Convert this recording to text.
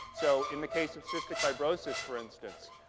so in the case of cystic fibrosis, for instance,